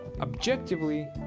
objectively